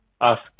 asked